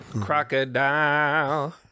Crocodile